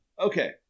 Okay